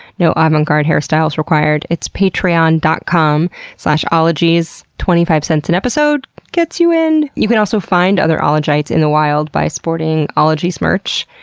no avant-garde hairstyles required. it's patreon dot com slash ologies, twenty-five cents an episode gets you in! you can also find other ologites in the wild by sporting ologies merch.